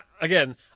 again